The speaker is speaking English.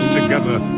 together